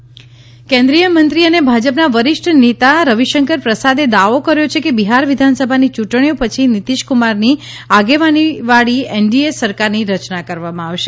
Ravishankar vaccine કેન્દ્રીયમંત્રી અને ભાજપના વરિષ્ઠ નેતા રવિશંકર પ્રસાદે દાવો કર્યો છે કે બિહાર વિધાનસભાની ચૂંટણીઓ પછી નિતિશકુમારની આગેવાનીવાળી એનડીએ સરકારની રચના કરવામાં આવશે